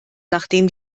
nachdem